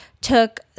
took